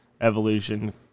evolution